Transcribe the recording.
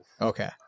Okay